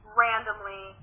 randomly